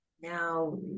now